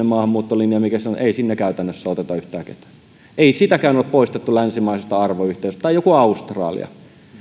maahanmuuttolinjaan ei sinne käytännössä oteta yhtään ketään ei sitäkään ole poistettu länsimaisesta arvoyhteisöstä tai joku australia